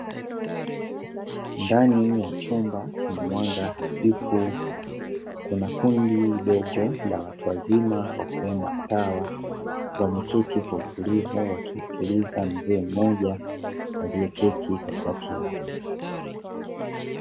Ndani ya chumba chenye mwanga hafifu kuna kundi dogo la watu wazima wakiwemo watawa wameketi kwa utulivu wakimsikiliza mzee mmoja aliyeketi katikati yao.